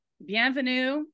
bienvenue